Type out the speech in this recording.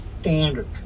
standard